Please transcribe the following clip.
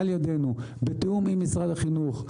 על ידנו בתיאום עם משרד החינוך,